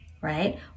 right